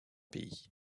pays